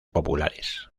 populares